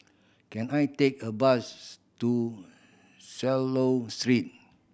can I take a bus to Swallow Street